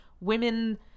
women